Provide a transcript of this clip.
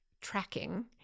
tracking